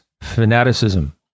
fanaticism